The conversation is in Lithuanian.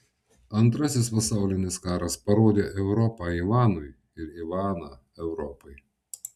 antrasis pasaulinis karas parodė europą ivanui ir ivaną europai